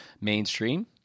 mainstream